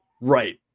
right